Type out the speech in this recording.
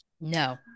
No